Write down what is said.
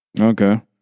Okay